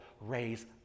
raise